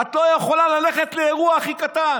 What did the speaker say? את לא יכולה ללכת לאירוע הכי קטן,